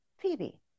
Phoebe